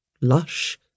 lush